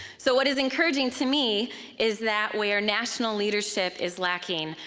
so what is encouraging to me is that where national leadership is lacking,